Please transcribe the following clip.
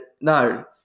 no